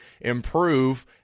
improve